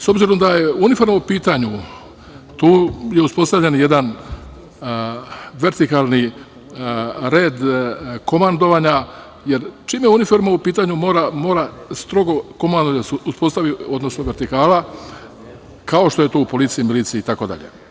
S obzirom da je uniforma u pitanju, tu je uspostavljen jedan vertikalni red komandovanja, jer čim je uniforma u pitanju mora strogo komanda da se uspostavi, odnosno vertikala, kao što je to u policiji, miliciji, itd.